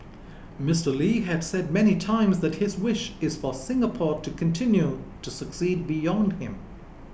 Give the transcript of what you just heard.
Mister Lee had said many times that his wish is for Singapore to continue to succeed beyond him